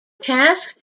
task